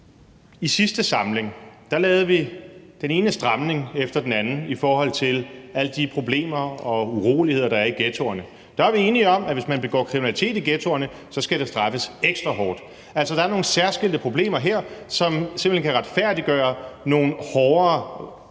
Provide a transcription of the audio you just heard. I sidste samling lavede vi den ene stramning efter den anden i forhold til alle de problemer og uroligheder, der er i ghettoerne. Der var vi enige om, at hvis man begår kriminalitet i ghettoerne, så skal det straffes ekstra hårdt. Der er nogle særskilte problemer her, som simpelt hen kan retfærdiggøre nogle hårdere